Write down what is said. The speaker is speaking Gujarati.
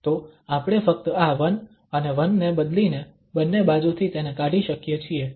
તો આપણે ફક્ત આ 1 અને 1 ને બદલીને બંને બાજુથી તેને કાઢી શકીએ છીએ